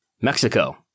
Mexico